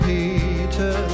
Peter